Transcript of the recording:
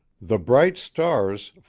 the bright stars,